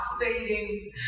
fading